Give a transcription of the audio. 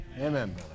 Amen